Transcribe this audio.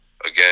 again